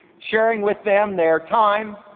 sharing with them their time,